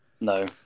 No